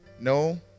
No